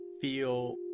feel